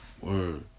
Word